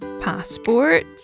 Passport